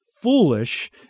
foolish